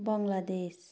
Bangladesh